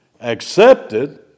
accepted